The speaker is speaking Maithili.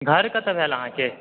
घर कतऽ भेल अहाँके